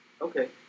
Okay